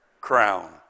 crown